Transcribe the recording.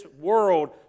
world